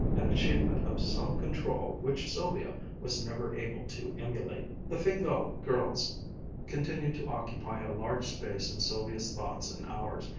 an achievement of self-control which sylvia was never able to emulate. the fingal girls continued to occupy a large space in sylvia's thoughts and hours,